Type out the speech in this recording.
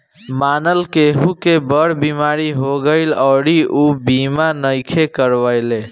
मानल केहु के बड़ बीमारी हो गईल अउरी ऊ बीमा नइखे करवले